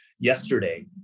yesterday